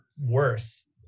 worse